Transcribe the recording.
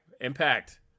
impact